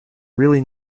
really